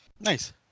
Nice